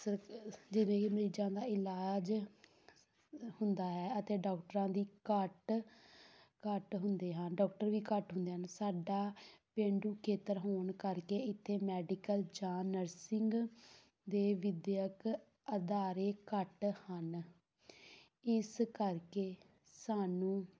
ਸ ਜਿਵੇਂ ਕਿ ਮਰੀਜ਼ਾਂ ਦਾ ਇਲਾਜ ਹੁੰਦਾ ਹੈ ਅਤੇ ਡਾਕਟਰਾਂ ਦੀ ਘੱਟ ਘੱਟ ਹੁੰਦੇ ਹਨ ਡਾਕਟਰ ਵੀ ਘੱਟ ਹੁੰਦੇ ਹਨ ਸਾਡਾ ਪੇਂਡੂ ਖੇਤਰ ਹੋਣ ਕਰਕੇ ਇੱਥੇ ਮੈਡੀਕਲ ਜਾਂ ਨਰਸਿੰਗ ਦੇ ਵਿੱਦਿਅਕ ਅਦਾਰੇ ਘੱਟ ਹਨ ਇਸ ਕਰਕੇ ਸਾਨੂੰ